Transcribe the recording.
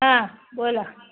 हां बोला